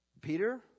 Peter